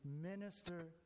minister